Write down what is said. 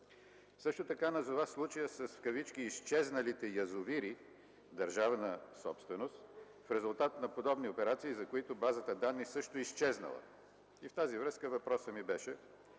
Също така назова случая с „изчезналите язовири” – държавна собственост, в резултат на подобни операции, за които базата данни също е изчезнала.” В тази връзка въпросът ми беше: